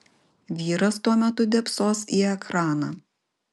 vyras tuo metu dėbsos į ekraną